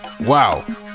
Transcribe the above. Wow